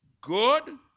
good